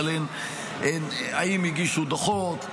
אבל הן האם הגישו דוחות?